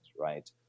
right